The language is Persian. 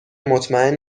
مطمئن